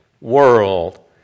world